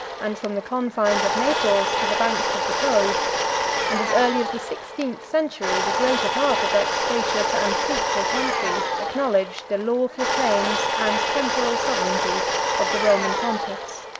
and from the confines of naples to the banks of the po and as early as the sixteenth century, the greater part of that spacious and fruitful country acknowledged the lawful claims and temporal sovereignty of the roman pontiffs.